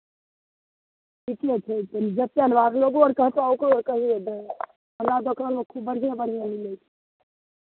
ठीके छै हमरा दोकानमे खूब बढ़िआँ बढ़िआँ मिलै छै